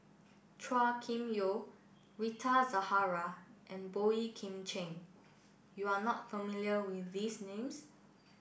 Chua Kim Yeow Rita Zahara and Boey Kim Cheng You are not familiar with these names